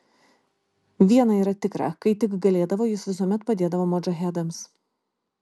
viena yra tikra kai tik galėdavo jis visuomet padėdavo modžahedams